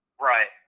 Right